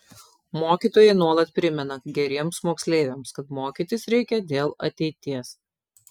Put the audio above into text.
mokytojai nuolat primena geriems moksleiviams kad mokytis reikia dėl ateities